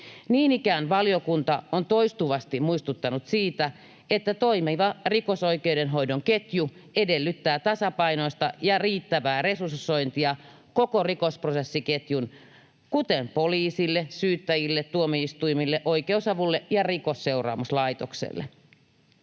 Niin ikään valiokunta on toistuvasti muistuttanut siitä, että toimiva rikosoikeudenhoidon ketju edellyttää tasapainoista ja riittävää resursointia koko rikosprosessiketjun viranomaisille, kuten poliisille, syyttäjille, tuomioistuimille, oikeusavulle ja Rikosseuraamuslaitokselle.